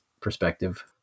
perspective